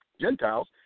Gentiles